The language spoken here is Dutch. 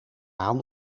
aan